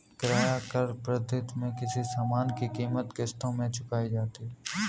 किराया क्रय पद्धति में किसी सामान की कीमत किश्तों में चुकाई जाती है